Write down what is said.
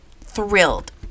thrilled